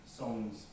songs